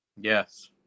Yes